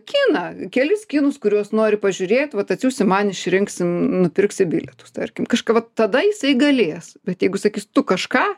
kiną kelis kinus kuriuos nori pažiūrėt vat atsiųsi man išrinksim nupirksi bilietus tarkim kažką va tada jisai galės bet jeigu sakys tu kažką